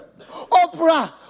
Oprah